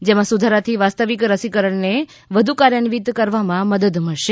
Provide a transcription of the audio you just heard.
જેમાં સુધારાથી વાસ્તવિક રસીકરણને વધુ કાર્યાન્વિત કરવામાં મદદ મળશે